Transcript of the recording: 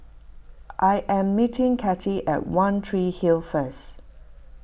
I am meeting Kathey at one Tree Hill first